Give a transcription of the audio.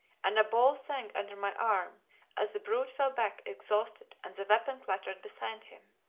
and a ball sang under my arm as the brute fell back exhausted and the weapon clattered beside him.